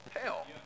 hell